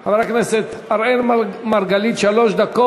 שמעתי פה קודם את חבר הכנסת טיבי זועק על אירועי "תג מחיר"